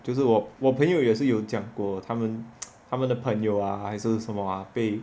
就是我我朋友也是有讲过他们他们的朋友还是什么啊被